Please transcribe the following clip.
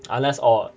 unless or